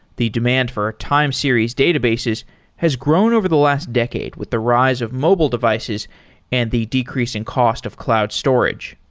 the demand for ah time series databases has grown over the last decade with the rise of mobile devices and the decreasing cost of cloud storage.